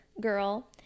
girl